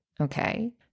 Okay